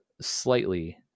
slightly